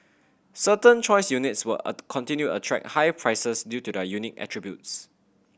certain choice units will continue to attract high prices due to their unique attributes